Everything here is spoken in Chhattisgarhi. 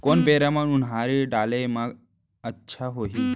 कोन बेरा म उनहारी डाले म अच्छा होही?